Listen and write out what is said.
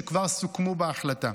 שכבר סוכמו בהחלטה.